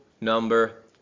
number